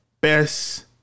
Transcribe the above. best